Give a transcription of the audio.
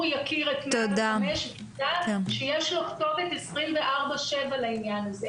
יכיר את 105 ושיידע שיש לו כתובת 24/7 לעניין הזה.